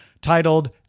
Titled